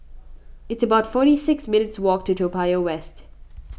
It's about forty six minutes' walk to Toa Payoh West